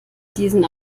diesen